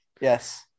Yes